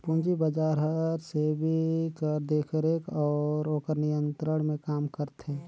पूंजी बजार हर सेबी कर देखरेख अउ ओकर नियंत्रन में काम करथे